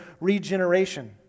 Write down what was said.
regeneration